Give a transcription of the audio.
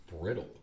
brittle